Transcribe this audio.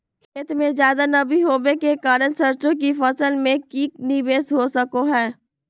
खेत में ज्यादा नमी होबे के कारण सरसों की फसल में की निवेस हो सको हय?